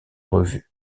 revues